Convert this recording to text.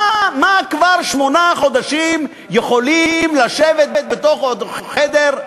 מה כבר שמונה חודשים יכולים לשבת בתוך חדר,